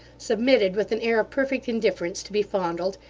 submitted with an air of perfect indifference to be fondled,